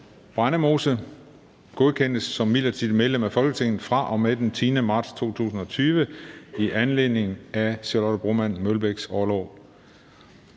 Brændemose, godkendes som midlertidigt medlem af Folketinget fra og med den 10. marts 2020 i anledning af Charlotte Broman Mølbæks orlov.